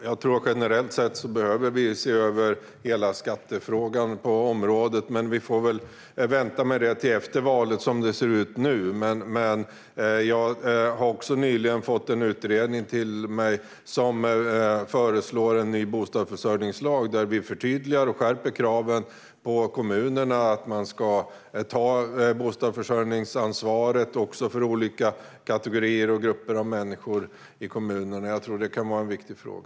Herr talman! Generellt sett tror jag att vi behöver se över hela skattefrågan på området, men vi får nog vänta med det till efter valet som det ser ut nu. Jag har nyligen fått en utredning överlämnad till mig som föreslår en ny bostadsförsörjningslag. Genom den skulle kraven på kommunerna att ta bostadsförsörjningsansvar även för olika kategorier och grupper i kommunen förtydligas och skärpas. Det tror jag kan vara en viktig fråga.